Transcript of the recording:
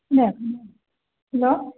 खोनायासैनो hello